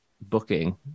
booking